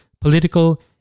political